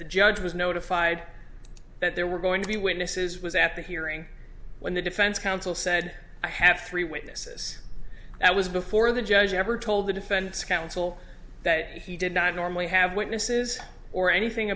the judge was notified that there were going to be witnesses was at the hearing when the defense counsel said i have three witnesses that was before the judge ever told the defense counsel that he did not normally have witnesses or anything